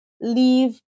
leave